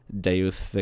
deus